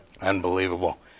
Unbelievable